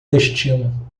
destino